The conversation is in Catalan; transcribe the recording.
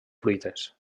fruites